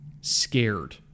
scared